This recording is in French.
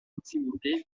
proximité